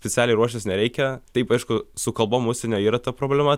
specialiai ruoštis nereikia taip aišku su kalbom užsienio yra ta problema